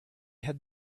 had